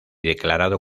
declarado